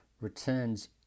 returns